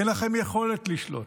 כי אין לכם יכולת לשלוט.